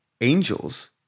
angels